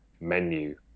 menu